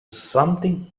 something